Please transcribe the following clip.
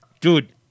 Dude